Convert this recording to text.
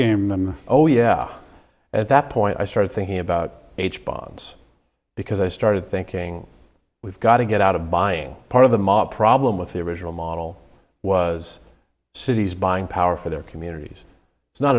game oh yeah at that point i started thinking about h bonds because i started thinking we've got to get out of buying part of the mob problem with the original model was cities buying power for their communities it's not